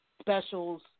specials